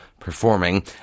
Performing